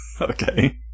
Okay